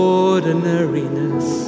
ordinariness